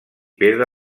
pedra